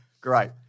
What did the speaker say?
Great